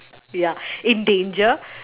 ya in danger